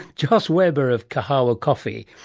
jos webber of kahawa coffee.